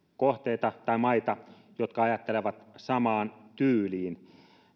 maita jotka ajattelevat samaan tyyliin